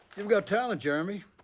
you've got talent, jeremy.